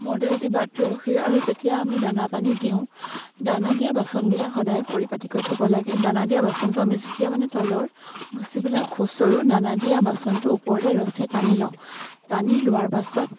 আৰু যেতিয়া আমি দানা পানী দিওঁ দানা দিয়া বাচনবিলাক সদায় পৰিপাটিকৈ থ'ব লাগে দানা দিয়া বাচনটো আমি যেতিয়া মানে তলৰ ভুচিবিলাক খোঁচৰো দানা দিয়া বাচনটো ওপৰলে ৰচিৰে টানি লওঁ টানি লোৱাৰ পাছত